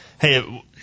Hey